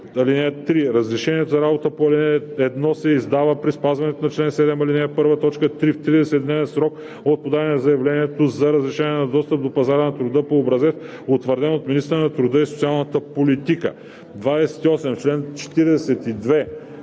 „(3) Разрешението за работа по ал. 1 се издава при спазване на чл. 7, ал. 1, т. 3 в 30-дневен срок от подаване на заявлението за разрешаване на достъп до пазара на труда по образец, утвърден от министъра на труда и социалната политика.“